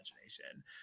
imagination